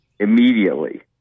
immediately